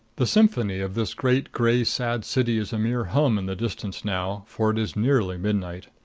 the symphony of this great, gray, sad city is a mere hum in the distance now, for it is nearly midnight.